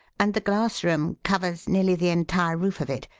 and the glass-room covers nearly the entire roof of it.